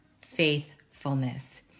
faithfulness